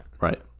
Right